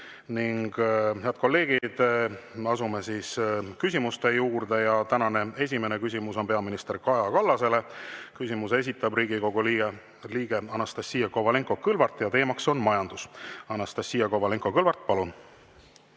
Head kolleegid! Me asume küsimuste juurde. Tänane esimene küsimus on peaminister Kaja Kallasele, küsimuse esitab Riigikogu liige Anastassia Kovalenko-Kõlvart ja teema on majandus. Anastassia Kovalenko-Kõlvart, palun!